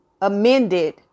amended